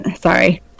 Sorry